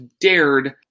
dared